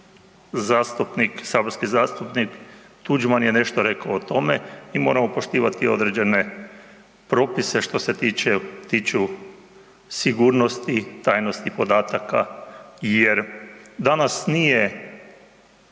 g. saborski zastupnik Tuđman je nešto rekao o tome, mi moramo poštovati određene propise što se tiču sigurnosti, tajnosti podataka jer danas nije